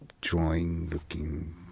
drawing-looking